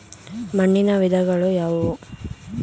ಮಣ್ಣಿನ ವಿಧಗಳು ಯಾವುವು?